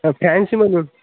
हो फॅन्सीमधून